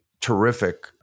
terrific